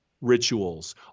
rituals